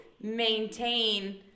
maintain